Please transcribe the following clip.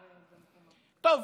טוב,